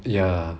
ya